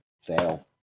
Fail